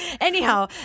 Anyhow